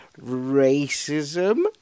racism